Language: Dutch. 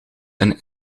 een